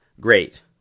Great